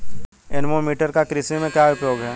Anemometer का कृषि में क्या उपयोग है?